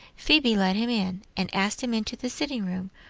phoebe let him in, and asked him into the sitting-room,